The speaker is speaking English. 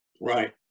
Right